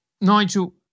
Nigel